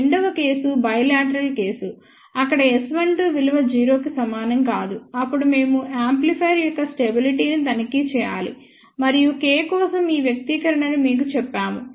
రెండవ case bilateral case అక్కడ S12 విలువ 0 కి సమానం కాదు అప్పుడు మేము యాంప్లిఫైయర్ యొక్క స్టెబిలిటీ ని తనిఖీ చేయాలి మరియు K కోసం ఈ వ్యక్తీకరణను మీకు చెప్పాము